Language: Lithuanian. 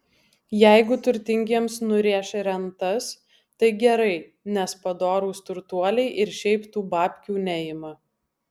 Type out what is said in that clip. jeigu turtingiems nurėš rentas tai gerai nes padorūs turtuoliai ir šiaip tų babkių neima